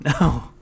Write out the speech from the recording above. No